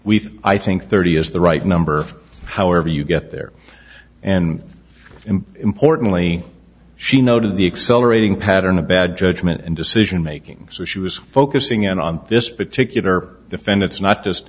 think i think thirty is the right number however you get there and importantly she noted the accelerating pattern of bad judgment and decision making so she was focusing in on this particular defendants not just